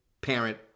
parent